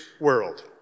world